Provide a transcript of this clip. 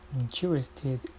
interested